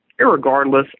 irregardless